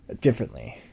differently